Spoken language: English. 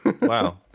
Wow